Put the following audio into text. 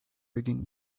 begin